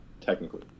technically